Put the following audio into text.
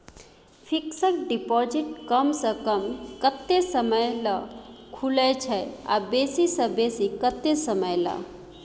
Fixed deposit कम स कम कत्ते समय ल खुले छै आ बेसी स बेसी केत्ते समय ल?